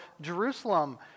Jerusalem